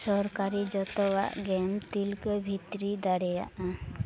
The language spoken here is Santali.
ᱥᱚᱨᱠᱟᱨᱤ ᱡᱚᱛᱚᱣᱟᱜ ᱜᱮᱢ ᱛᱤᱞᱠᱟᱹ ᱵᱷᱤᱛᱛᱨᱤ ᱫᱟᱲᱮᱭᱟᱜᱼᱟ